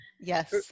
yes